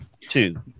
Two